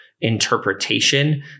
interpretation